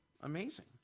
Amazing